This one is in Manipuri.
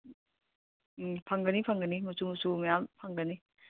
ꯎꯝ ꯐꯪꯒꯅꯤ ꯐꯪꯒꯅꯤ ꯃꯆꯨ ꯃꯆꯨ ꯃꯌꯥꯝ ꯐꯪꯒꯅꯤ